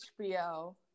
HBO